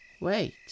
Wait